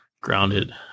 Grounded